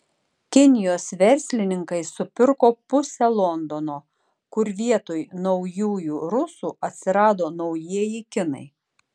kinijos verslininkai supirko pusę londono kur vietoj naujųjų rusų atsirado naujieji kinai